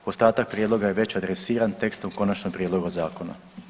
Ostatak prijedloga je već adresiran tekstom konačnog prijedloga zakona.